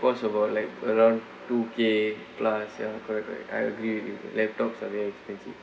cost about like around two K plus ya correct correct I agree with you laptops are very expensive